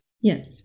Yes